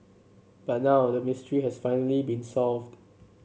but now the mystery has finally been solved